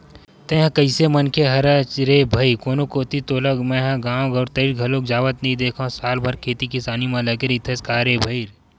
तेंहा कइसे मनखे हरस रे भई कोनो कोती तोला मेंहा गांव गवतरई घलोक जावत नइ देंखव साल भर खेती किसानी म लगे रहिथस का रे भई?